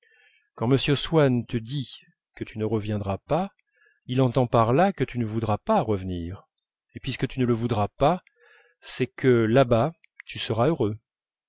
quand monsieur swann te dit que tu ne reviendras pas il entend par là que tu ne voudras pas revenir et puisque tu ne le voudras pas c'est que là-bas tu seras heureux